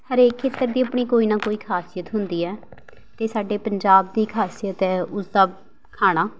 ਹਰੇਕ ਖੇਤਰ ਦੀ ਆਪਣੀ ਕੋਈ ਨਾ ਕੋਈ ਖਾਸੀਅਤ ਹੁੰਦੀ ਹੈ ਅਤੇ ਸਾਡੇ ਪੰਜਾਬ ਦੀ ਖਾਸੀਅਤ ਹੈ ਉਸਦਾ ਖਾਣਾ